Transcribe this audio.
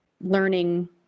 learning